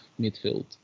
midfield